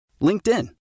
LinkedIn